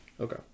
Okay